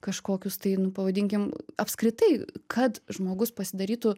kažkokius tai nu pavadinkim apskritai kad žmogus pasidarytų